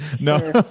No